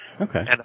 Okay